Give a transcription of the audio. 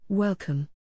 Welcome